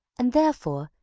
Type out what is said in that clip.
and, therefore,